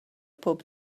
pob